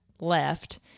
left